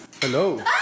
hello